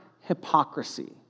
hypocrisy